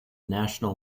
national